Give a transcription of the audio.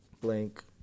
blank